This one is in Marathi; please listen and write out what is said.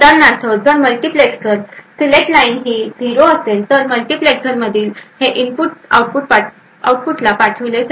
उदाहरणार्थ जर मल्टीप्लेक्सर्स सिलेक्ट लाइन ही 0 असेल तर मल्टीप्लेक्सर्स मधील हे इनपुट आउटपुटला पाठविले जाईल